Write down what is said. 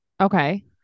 Okay